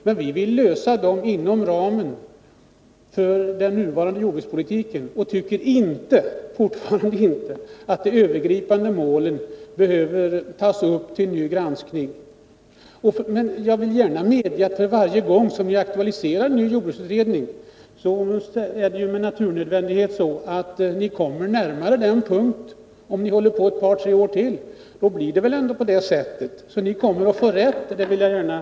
Men vi vill lösa dem inom ramen för den nuvarande jordbrukspolitiken, och vi tycker fortfarande inte att de övergripande målen behöver tas upp till ny granskning. Men jag vill gärna medge att för varje gång som ni aktualiserar en ny jordbruksutredning — om ni håller på ett par tre år till — blir det med naturnödvändighet så att ni kommer närmare den punkt där ni får rätt.